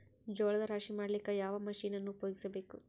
ಜೋಳದ ರಾಶಿ ಮಾಡ್ಲಿಕ್ಕ ಯಾವ ಮಷೀನನ್ನು ಉಪಯೋಗಿಸಬೇಕು?